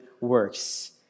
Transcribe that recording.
works